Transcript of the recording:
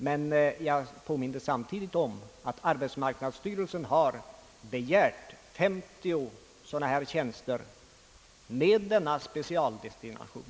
Men jag påminde samtidigt om att arbetsmarknadsstyrelsen har begärt 50 tjänster med denna specialdestination.